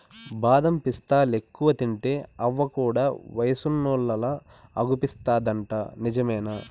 బాదం పిస్తాలెక్కువ తింటే అవ్వ కూడా వయసున్నోల్లలా అగుపిస్తాదంట నిజమేనా